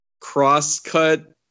cross-cut